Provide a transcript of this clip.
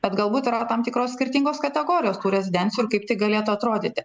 bet galbūt yra tam tikros skirtingos kategorijos tų rezidencijų ir kaip tai galėtų atrodyti